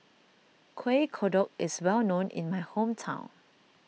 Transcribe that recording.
Kuih Kodok is well known in my hometown